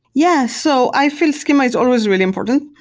yeah. so i feel schema is always really important.